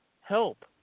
help